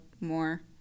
more